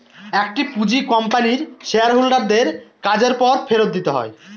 একটি পুঁজি কোম্পানির শেয়ার হোল্ডার দের কাজের পর ফেরত দিতে হয়